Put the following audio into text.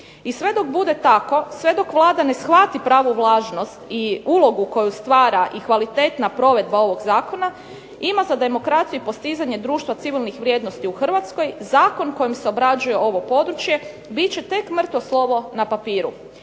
I sve dok bude tako sve dok Vlada ne shvati pravu važnost i ulogu koju stvara i kvalitetna provedba ovog zakona ima za demokraciju i postizanje društva civilnih vrijednosti u Hrvatskoj zakon kojim se obrađuje ovo područje bit će tek mrtvo slovo na papiru.